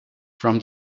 from